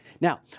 Now